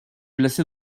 placé